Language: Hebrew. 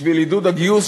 בשביל עידוד הגיוס,